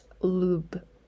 lube